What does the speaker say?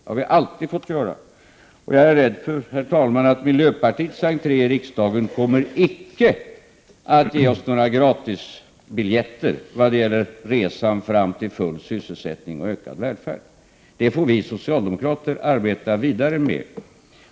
Det har vi alltid fått göra, och jag är rädd för, herr talman, att miljöpartiets entré i riksdagen inte kommer att ge oss några gratisbiljetter vad gäller resan fram till full sysselsättning och ökad välfärd. Det får vi socialdemokrater arbeta vidare med.